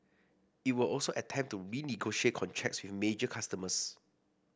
it would also attempt to renegotiate contracts with major customers